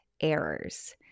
errors